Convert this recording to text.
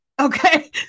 okay